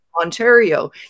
Ontario